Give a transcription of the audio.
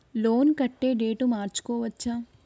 Loan కట్టే date మార్చుకోవచ్చా?